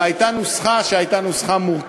והייתה נוסחה מורכבת.